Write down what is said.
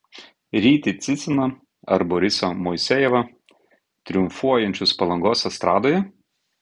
rytį ciciną ar borisą moisejevą triumfuojančius palangos estradoje